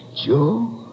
Joe